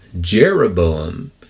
Jeroboam